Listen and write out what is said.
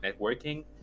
networking